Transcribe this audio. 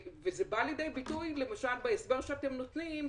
זה בא לידי ביטוי למשל בהסבר שאתם נותנים,